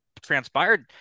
transpired